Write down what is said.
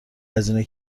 هزینه